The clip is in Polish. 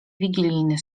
wigilijny